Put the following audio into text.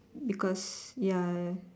because ya